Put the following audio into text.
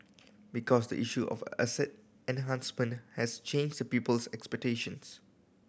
because the issue of asset enhancement has changed the people's expectations